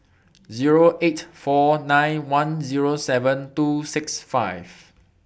Zero eight four nine one Zero seven two six five